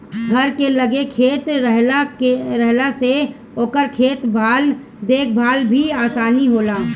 घर के लगे खेत रहला से ओकर देख भाल में आसानी होला